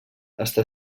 està